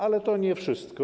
Ale to nie wszystko.